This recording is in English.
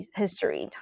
history